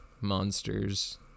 monsters